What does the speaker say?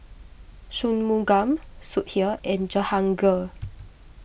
Shunmugam Sudhir and Jehangirr